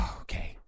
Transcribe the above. Okay